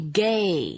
gay